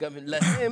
יש להם